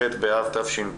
ח' באב תש"ף.